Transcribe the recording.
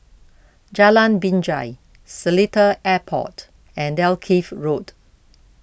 Jalan Binjai Seletar Airport and Dalkeith Road